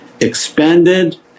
expanded